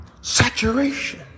saturation